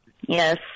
Yes